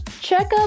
checkup